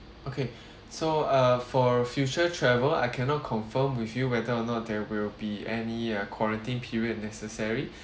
okay so uh for future travel I cannot confirm with you whether or not there will be any uh quarantine period necessary